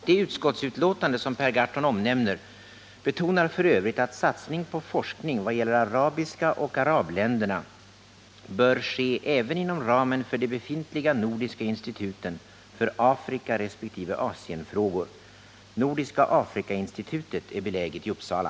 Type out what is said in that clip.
Det utskottsbetänkande som Per Gahrton omnämner betonar f. ö. att satsning på forskning vad gäller arabiska och arabländerna bör ske även inom ramen för de befintliga nordiska instituten för Afrikaresp. Asienfrågor. Nordiska Afrikainstitutet är beläget i Uppsala.